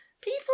people